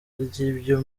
ry’ibyo